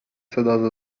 صدا